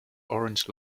orange